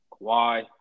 Kawhi